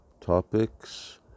topics